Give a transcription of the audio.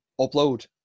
upload